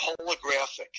holographic